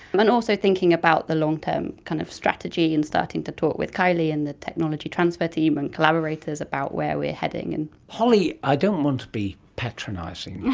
and also thinking about the long-term kind of strategy and starting to talk with kylie and the technology transfer team and collaborators about where we are heading. holly, i don't want to be patronising, yeah